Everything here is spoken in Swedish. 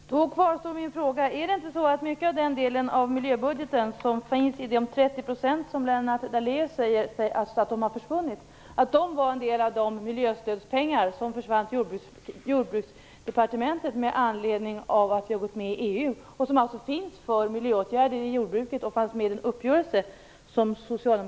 Herr talman! Då kvarstår min fråga: Är det inte så att mycket av den del av miljöbudgeten som finns i de 30 % som Lennart Daléus säger har försvunnit var en del av de miljöstödspengar som har försvunnit till Jordbruksdepartementet med anledning av att vi har gått med i EU? De finns i så fall alltså för miljöåtgärder i jordbruket och fanns med i den uppgörelse som